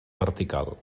vertical